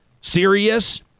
serious